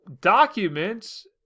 documents